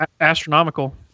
astronomical